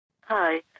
Hi